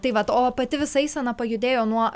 tai vat o pati visa eisena pajudėjo nuo